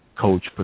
coach